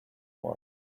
warm